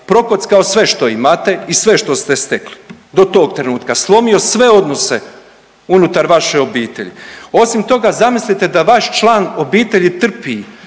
prokockao sve što imate i sve što ste stekli, do tog trenutka, slomio sve odnose unutar vaše obitelji. Osim toga, zamislite da vaš član obitelji trpi